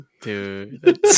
Dude